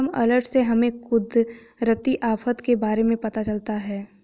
मौसम अलर्ट से हमें कुदरती आफत के बारे में पता चलता है